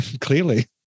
Clearly